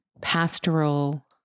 pastoral